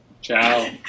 Ciao